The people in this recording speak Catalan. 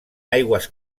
aigües